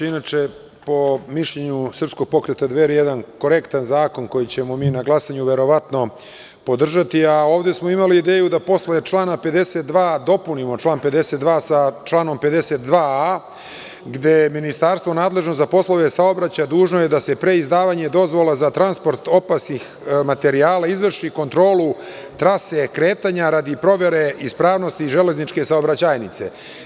Inače, po mišljenju Srpskog pokreta Dveri, jedan korektan zakon koji ćemo mi na glasanju verovatno podržati, a ovde smo imali ideju da posle člana 52. dopunimo član 52. sa članom 52a gde ministarstvo nadležno za poslove saobraćaja je dužno da pre izdavanja dozvole za transport opasnih materijala, izvrši kontrolu trase kretanja radi provere ispravnosti železničke saobraćajnice.